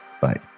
Bye